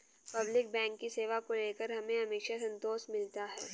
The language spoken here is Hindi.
पब्लिक बैंक की सेवा को लेकर हमें हमेशा संतोष मिलता है